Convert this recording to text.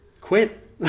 quit